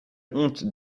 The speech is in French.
honte